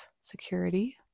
security